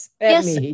Yes